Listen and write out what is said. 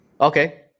Okay